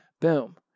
Boom